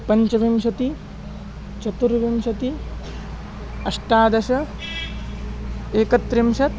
पञ्चविंशतिः चतुर्विंशतिः अष्टादश एकत्रिंशत्